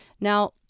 Now